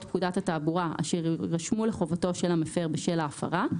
פקודת התעבורה אשר יירשמו לחובתו של המפר בשל ההפרה,